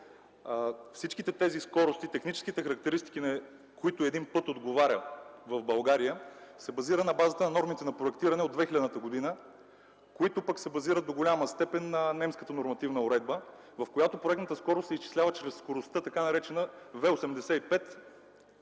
всички тези скорости. Техническите характеристики, на които един път отговаря в България, се базират на базата на нормите на проектиране от 2000 г., които пък се базират до голяма степен на немската нормативна уредба, в която проектната скорост се изчислява чрез скоростта, така наречената V-85,